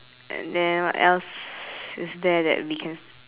and then what else is there that we can